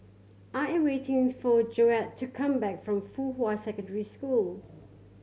I am waiting for Joette to come back from Fuhua Secondary School